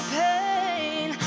pain